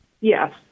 Yes